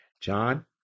John